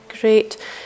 Great